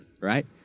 right